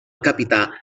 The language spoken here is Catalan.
capità